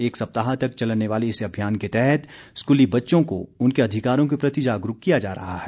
एक सप्ताह तक चलने वाले इस अभियान के तहत स्कूली बच्चों को उनके अधिकारों के प्रति जागरूक किया जा रहा है